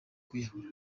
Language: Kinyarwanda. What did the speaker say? kwiyahura